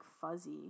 fuzzy